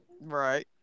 Right